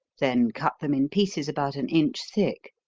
then cut them in pieces about an inch thick,